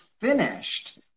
finished